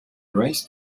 raised